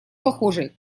похожий